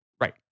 Right